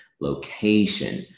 location